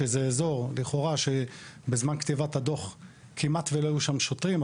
שזה אזור לכאורה שבזמן כתיבת הדוח כמעט שלא היו שם שוטרים.